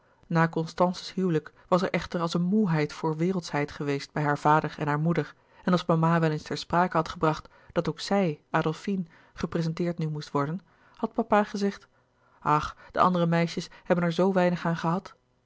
na constance's huwelijk was er echter als eene moêheid voor wereldschheid geweest bij haar vader en hare moeder en als mama wel eens ter sprake had gebracht dat ook zij adolfine geprezenteerd nu moest worden had papa gezegd ach de andere meisjes hebben er zoo weinig aan gehad